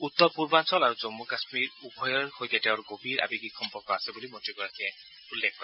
উত্তৰ পূৰ্বাঞ্চল আৰু জম্মু কাশ্মীৰ উভয়ৰে সৈতে তেওঁৰ গভীৰ আৱেগিক সম্পৰ্ক আছে বুলি মন্ত্ৰীগৰাকীয়ে উল্লেখ কৰে